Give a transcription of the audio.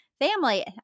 family